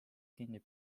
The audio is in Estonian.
kinni